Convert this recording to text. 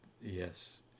Yes